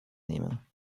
nehmen